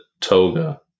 toga